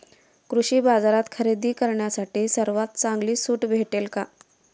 कृषी बाजारात खरेदी करण्यासाठी सर्वात चांगली सूट भेटेल का?